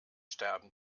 sterben